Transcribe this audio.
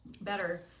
better